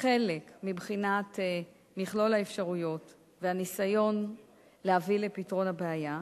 כחלק מבחינת מכלול האפשרויות והניסיון להביא לפתרון הבעיה,